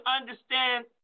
understand